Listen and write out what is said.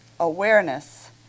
Awareness